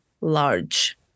large